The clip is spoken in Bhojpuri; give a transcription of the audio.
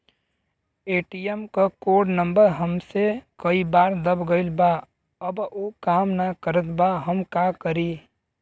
ए.टी.एम क कोड नम्बर हमसे कई बार दब गईल बा अब उ काम ना करत बा हम का करी?